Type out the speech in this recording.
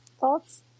Thoughts